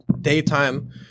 daytime